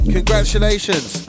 Congratulations